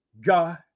God